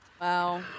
Wow